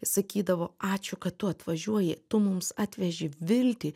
sakydavo ačiū kad tu atvažiuoji tu mums atveži viltį